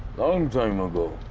long time ago,